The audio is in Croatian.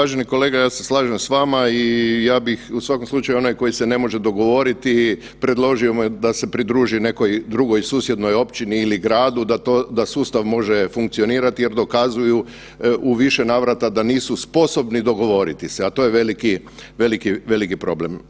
Uvaženi kolega, ja se slažem s vama i ja bih u svakom slučaju, onaj koji se ne može dogovoriti, predložio mu da se pridruži nekoj drugoj susjednoj općini ili gradu da sustav može funkcionirati jer dokazuju u više navrata da nisu sposobni dogovoriti se, a to je veliki, veliki, veliki problem.